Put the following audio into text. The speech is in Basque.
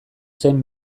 zen